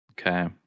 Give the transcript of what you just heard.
okay